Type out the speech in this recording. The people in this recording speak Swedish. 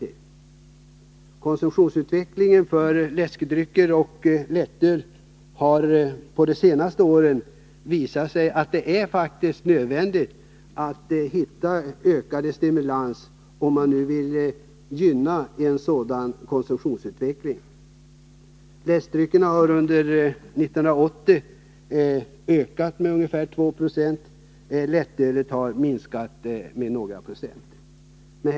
De senaste årens utveckling beträffande läskedrycker och lättöl har visat att det faktiskt är nödvändigt med en ökad stimulans för att man skall kunna gynna konsumtionen av dessa drycker. Försäljningen av läskedrycker har under 1980 ökat med ungefär 2 26 medan försäljningen av lättöl har minskat med några procent.